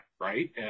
right